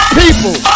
people